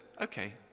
okay